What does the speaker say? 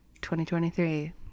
2023